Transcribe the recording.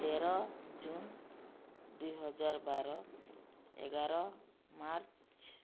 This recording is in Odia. ତେର ଜୁନ ଦୁଇ ହଜାର ବାର ଏଗାର ମାର୍ଚ୍ଚ